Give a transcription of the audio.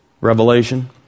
Revelation